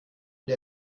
der